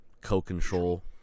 co-control